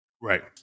right